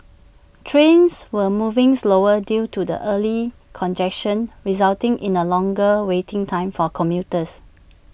trains were moving slower due to the early congestion resulting in A longer waiting time for commuters